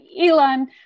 Elon